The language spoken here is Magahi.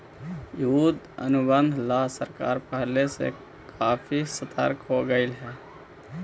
युद्ध अनुबंध ला सरकार पहले से काफी सतर्क हो गेलई हे